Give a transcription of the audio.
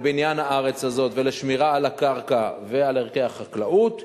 לבניין הארץ הזאת ולשמירה על הקרקע ועל ערכי החקלאות.